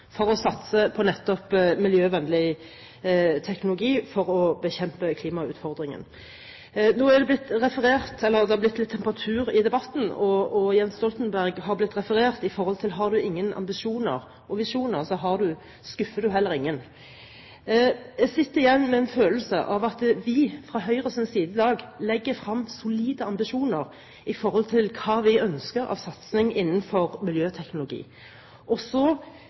for å satse på nettopp miljøvennlig teknologi for å bekjempe klimautfordringen. Det har blitt litt temperatur i debatten, og Jens Stoltenberg har blitt referert til. Har man ingen ambisjoner og visjoner, skuffer man heller ingen. Jeg sitter igjen med en følelse av at vi fra Høyres side i dag legger frem solide ambisjoner om hva vi ønsker av satsing innenfor miljøteknologi. Så er svaret, spesielt fra de rød-grønne partiene, et kraftig angrep på Høyres miljøprofil. Jeg hadde håpet og